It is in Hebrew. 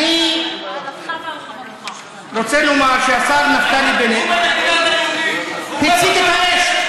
אני רוצה לומר שהשר נפתלי בנט הצית את האש,